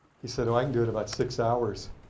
he said i can do it about six hours.